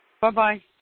Bye-bye